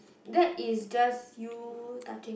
that is just you touching